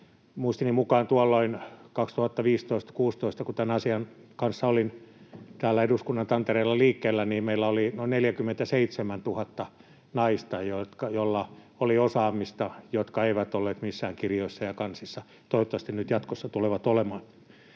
Muistini mukaan tuolloin 2015—2016, kun tämän asian kanssa olin täällä eduskunnan tantereilla liikkeellä, meillä oli noin 47 000 naista, joilla oli osaamista ja jotka eivät olleet missään kirjoissa ja kansissa — toivottavasti nyt jatkossa tulevat olemaan.